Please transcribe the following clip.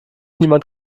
niemand